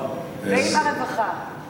ועם הרווחה.